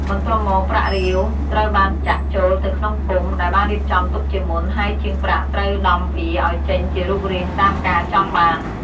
បន្ទាប់មក ប្រាក់រាវត្រូវបានចាក់ចូលទៅក្នុងពុម្ព ដែលបានរៀបចំទុកជាមុន ហើយជាងប្រាក់ត្រូវដំវាឱ្យចេញជារូបរាងតាមការចង់បាន។